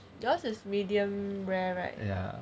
yours is medium rare right